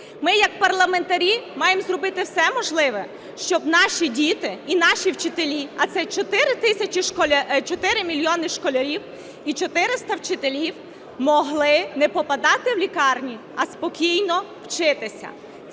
Ми як парламентарі маємо зробити все можливе, щоб наші діти і наші вчителі, а це 4 мільйони школярів і 400 вчителів могли не попадати в лікарні, а спокійно вчитися.